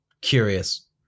Curious